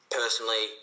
personally